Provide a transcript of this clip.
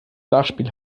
nachspiel